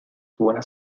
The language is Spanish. buenas